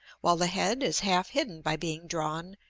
while the head is half-hidden by being drawn,